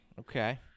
Okay